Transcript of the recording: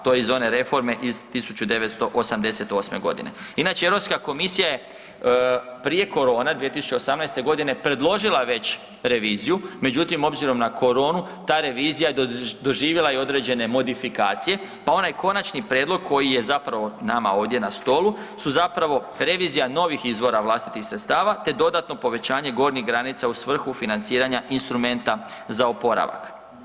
To je iz one reforme iz 1988. g. Inače, EU komisija je prije korone, 2018. g. predložila već reviziju, međutim, obzirom na koronu, ta revizija je doživjela i određene modifikacije, pa onaj konačni prijedlog koji je zapravo nama ovdje na stolu su zapravo revizija novih izvora vlastitih sredstava te dodatno povećanje gornjih granica u svrhu financiranja instrumenta za oporavak.